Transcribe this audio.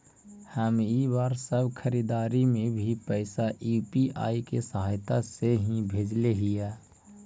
हम इ बार सब खरीदारी में भी पैसा यू.पी.आई के सहायता से ही भेजले हिय